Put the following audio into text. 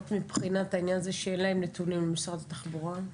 מבחינת זה שלמשרד התחבורה אין נתונים?